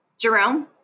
Jerome